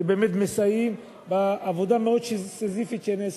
שבאמת מסייעים בעבודה המאוד-סיזיפית שנעשית,